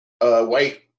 white